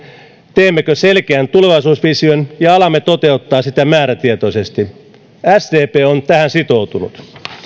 teemmekö selkeän tulevaisuusvision ja alamme toteuttaa sitä määrätietoisesti sdp on tähän sitoutunut